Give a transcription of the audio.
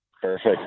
Perfect